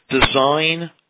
Design